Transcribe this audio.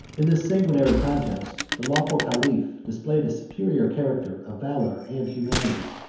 in this sanguinary contest the lawful caliph displayed a superior character of valor and humanity.